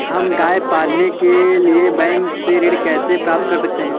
हम गाय पालने के लिए बैंक से ऋण कैसे प्राप्त कर सकते हैं?